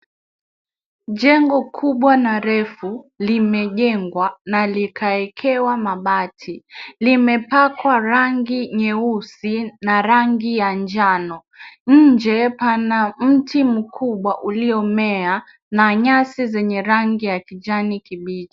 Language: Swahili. Jengo kubwa na refu limejengwa na likawekewa mabati, limepakwa rangi nyeusi na rangi ya njano. Nje pana mti mkubwa uliomea na nyasi zenye rangi ya kijani kibichi.